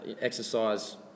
exercise